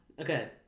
Okay